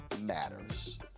matters